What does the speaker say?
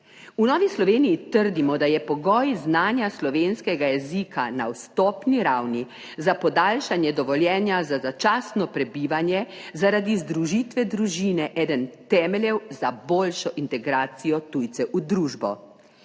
V Novi Sloveniji trdimo, da je pogoj znanja slovenskega jezika na vstopni ravni za podaljšanje dovoljenja za začasno prebivanje, zaradi združitve družine eden temeljev za boljšo integracijo tujcev v družbo.